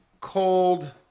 cold